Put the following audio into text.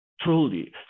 truly